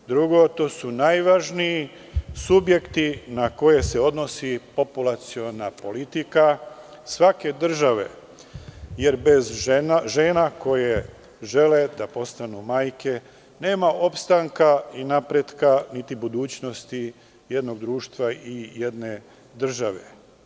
Drugo, to su najvažniji subjekti na koje se odnosi populaciona politika svake države, jer bez žena koje žele da postanu majke, nema opstanka i napretka, niti budućnosti jednog društva i jedne države.